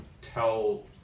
tell